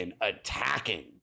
attacking